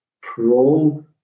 pro